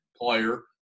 player